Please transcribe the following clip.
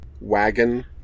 Wagon